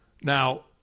Now